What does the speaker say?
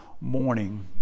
morning